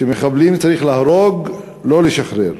מחבלים צריך להרוג ולא לשחרר.